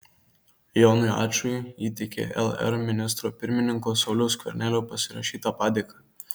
jonui ačui įteikė lr ministro pirmininko sauliaus skvernelio pasirašytą padėką